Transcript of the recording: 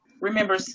remember